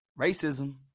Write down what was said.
Racism